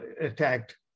attacked